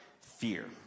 fear